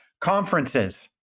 Conferences